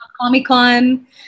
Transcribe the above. comic-con